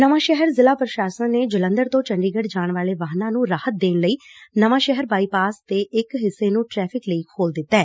ਨਵਾਂ ਸ਼ਹਿਰ ਜ਼ਿਲ੍ਹਾ ਪ੍ਰਸ਼ਾਸਨ ਨੇ ਜਲੰਧਰ ਤੋਂ ਚੰਡੀਗੜ੍ ਜਾਣ ਵਾਲੇ ਵਾਹਨਾਂ ਨੂੰ ਰਾਹਤ ਦੇਣ ਲਈ ਨਵਾਂ ਸ਼ਹਿਰ ਬਾਈਪਾਸ ਦੇ ਇਕ ਹਿੱਸੇ ਨੂੰ ਟ੍ਰੈਫਿਕ ਲਈ ਖੋਲੂ ਦਿੱਤੈ